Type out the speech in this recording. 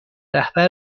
رهبر